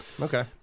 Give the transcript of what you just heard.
Okay